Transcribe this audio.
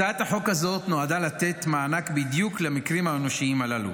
הצעת החוק הזאת נועדה לתת מענק בדיוק למקרים האנושיים האלה.